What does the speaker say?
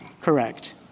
Correct